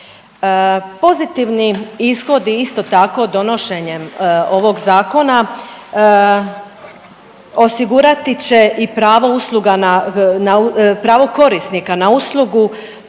Pozitivni ishodi isto tako donošenjem ovog zakona osigurati će i pravo usluga